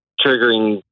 triggering